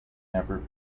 never